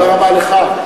תודה רבה לך.